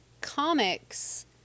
comics